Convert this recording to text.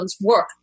work